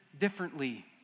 Differently